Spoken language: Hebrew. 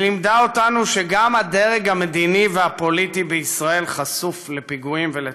היא לימדה אותנו שגם הדרג המדיני והפוליטי בישראל חשוף לפיגועים ולטרור,